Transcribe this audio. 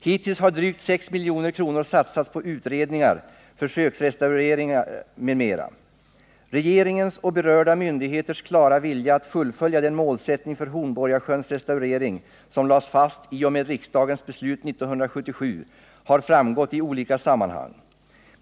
Hittills har drygt 6 milj.kr. satsats på utredningar, försöksrestaureringar m.m. Regeringens och berörda myndigheters klara vilja att fullfölja den målsättning för Hornborgasjöns restaurering som lades fast i och med riksdagens beslut 1977 har framgått i olika sammanhang.